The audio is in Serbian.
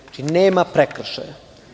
Znači, nema prekršaja.